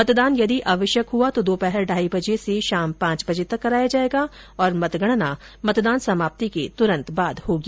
मतदान यदि आवश्यक हुआ तो दोपहर ढाई बजे से शाम पांच बजे तक कराया जाएगा और मतगणना मतदान समाप्ति के तुरन्त बाद होगी